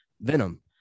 Venom